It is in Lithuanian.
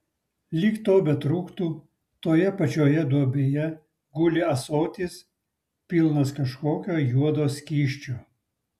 lyg to betrūktų toje pačioje duobėje guli ąsotis pilnas kažkokio juodo skysčio